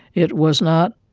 it was not